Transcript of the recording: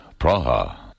Praha